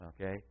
okay